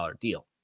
deal